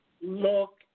Look